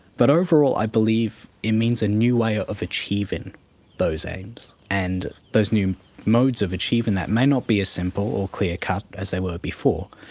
but overall i believe it means a new way ah of achieving those aims. and those new modes of achieving that may not be as simple or clear-cut as they were before,